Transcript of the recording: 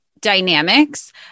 dynamics